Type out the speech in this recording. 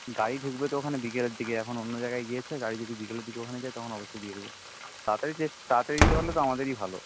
গাড়ি ঢুকবে তো ওখানে বিকেলের দিকে এখন অন্য জায়গায় গিয়েছে গাড়ি যদি বিকেলের দিকে ওখানে যায় তখন অবশ্যই দিয়ে দিবে তাড়াতাড়ি তাড়াতাড়ি দিতে পারলে তো আমাদেরই ভালো